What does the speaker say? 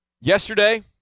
Yesterday